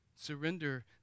Surrender